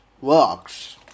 works